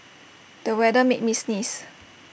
the weather made me sneeze